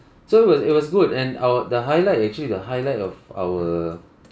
so it was it was good and our the highlight actually the highlight of our